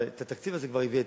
אבל את התקציב הזה כבר הבאתי.